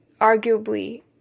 arguably